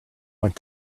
went